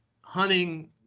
hunting